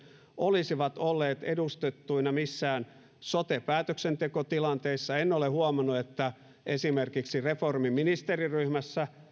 olisivat olleet edustettuina missään sote päätöksentekotilanteissa en ole huomannut että esimerkiksi reformiministeriryhmässä